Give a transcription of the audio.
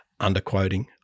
underquoting